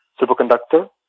superconductor